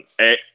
Eight